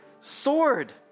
sword